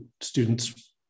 students